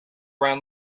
around